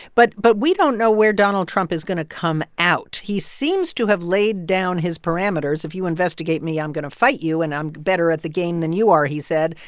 but but we don't know where donald trump is going to come out. he seems to have laid down his parameters. if you investigate me, i'm going to fight you. and i'm better at the game than you are, he said.